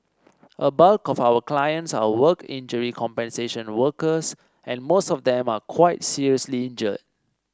a bulk of our clients are work injury compensation workers and most of them are quite seriously injured